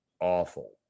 awful